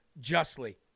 justly